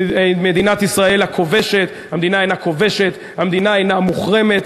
המדינה אינה כובשת, המדינה אינה מוחרמת.